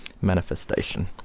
manifestation